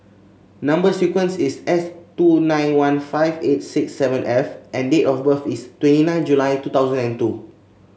number sequence is S two nine one five eight six seven F and date of birth is twenty nine July two thousand and two